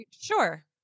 Sure